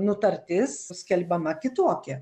nutartis skelbiama kitokia